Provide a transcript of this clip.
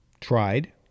tried